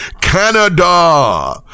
Canada